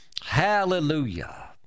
hallelujah